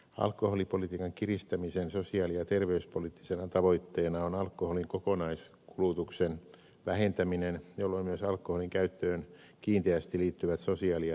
alkoholipolitiikan kiristämisen sosiaali ja terveyspoliittisena tavoitteena on alkoholin kokonaiskulutuksen vähentäminen jolloin myös alkoholin käyttöön kiinteästi liittyvät sosiaali ja terveyshaitat vähenevät